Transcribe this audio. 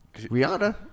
Rihanna